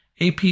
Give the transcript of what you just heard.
AP